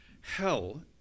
Hell